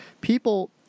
people